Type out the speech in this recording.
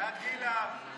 הצעת חוק לצמצום